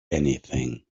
anything